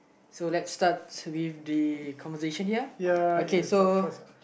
so let's start with the conversation here okay so